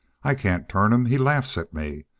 i can't turn him. he laughs at me.